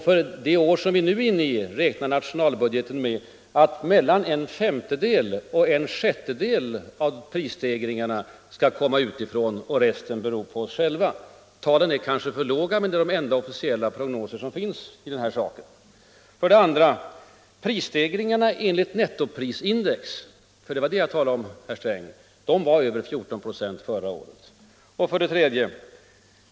För det år som vi nu är inne i räknar nationalbudgeten med att mellan en femtedel och en sjättedel av prisstegringarna skall uppkomma utifrån och resten bero på oss själva. Siffran är kanske för låg, men det är den enda officiella prognos som finns om detta. 2. Prisstegringarna enligt nettoprisindex — för det var det jag talade om, herr Sträng — var över 14 96 förra året. 3.